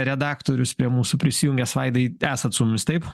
redaktorius prie mūsų prisijungęs vaidai esat su mumis taip